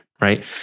right